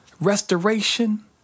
restoration